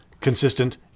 consistent